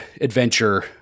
adventure